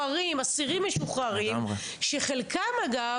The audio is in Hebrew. אסירים משוחררים שחלקם,